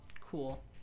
Cool